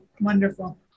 Wonderful